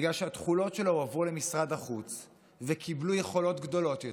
בגלל שהתכולות שלו הועברו למשרד החוץ וקיבלו יכולות גדולות יותר,